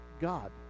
God